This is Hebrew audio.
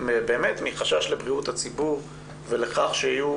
באמת מחשש לבריאות הציבור ולכך שיהיו